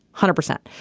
hundred percent.